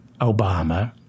Obama